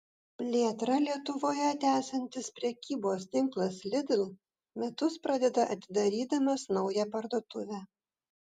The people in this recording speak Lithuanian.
plėtrą lietuvoje tęsiantis prekybos tinklas lidl metus pradeda atidarydamas naują parduotuvę